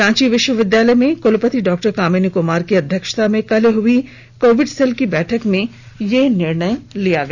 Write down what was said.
रांची विश्वविद्यालय में कुलपति डा कामिनी कुमार की अध्यक्षता में कल हुई कोविड सेल की बैठक में यह निर्णय लिया गया